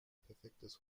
perfektes